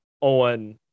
on